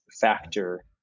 factor